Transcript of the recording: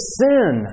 sin